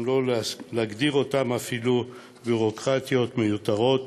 אם לא להגדיר אותן אפילו ביורוקרטיות, מיותרות,